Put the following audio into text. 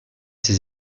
ses